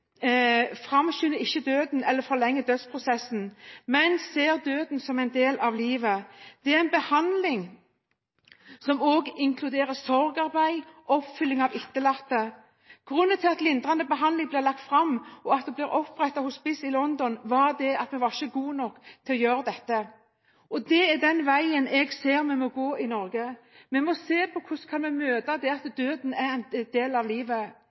framskynder ikke døden eller forlenger dødsprosessen, men ser døden som en del av livet. Det er en behandling som også inkluderer sorgarbeid og oppfølging av etterlatte. Grunnen til at det kom lindrende behandling og at det ble opprettet hospice i London, var at vi var ikke gode nok til å gjøre dette. Det er den veien jeg ser vi må gå i Norge. Vi må se på hvordan vi kan møte det at døden er en del av livet.